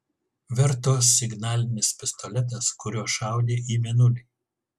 verto signalinis pistoletas kuriuo šaudė į mėnulį